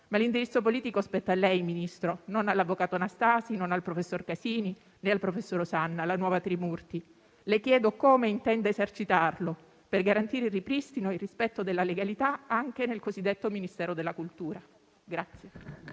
Ma l'indirizzo politico spetta lei, Ministro, e non all'avvocato Nastasi né al professor Casini o al professor Osanna, la nuova trimurti. Le chiedo come intenda esercitarlo per garantire il ripristino e il rispetto della legalità anche nel cosiddetto Ministero della cultura. PRESIDENTE.